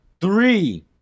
Three